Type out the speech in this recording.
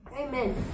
Amen